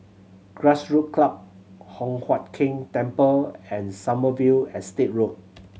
Grassroot Club Hock Huat Keng Temple and Sommerville Estate Road